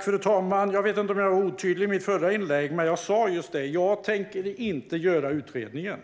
Fru talman! Jag vet inte om jag var otydlig i mitt förra inlägg, men jag sa: Jag tänker inte göra utredningen.